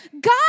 God